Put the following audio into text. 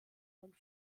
und